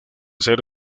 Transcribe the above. ser